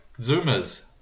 zoomers